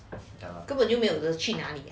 根本就没有了去哪里